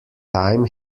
time